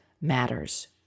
matters